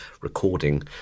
recording